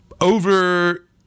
Over